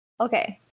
Okay